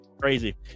crazy